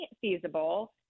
feasible